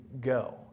go